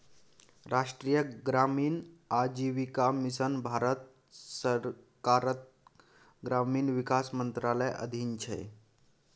राष्ट्रीय ग्रामीण आजीविका मिशन भारत सरकारक ग्रामीण विकास मंत्रालयक अधीन छै